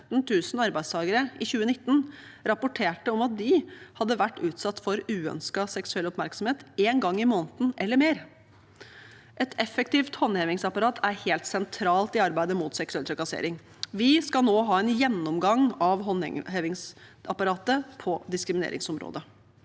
117 000 arbeidstakere i 2019 rapporterte om at de hadde vært utsatt for uønsket seksuell oppmerksomhet en gang i måneden eller mer. Et effektivt håndhevingsapparat er helt sentralt i arbeidet mot seksuell trakassering. Vi skal nå ha en gjennomgang av håndhevingsapparatet på diskrimineringsområdet.